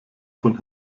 von